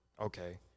okay